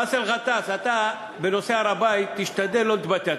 באסל גטאס, אתה, בנושא הר-הבית תשתדל לא להתבטא.